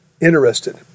interested